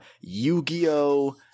Yu-Gi-Oh